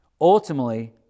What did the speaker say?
Ultimately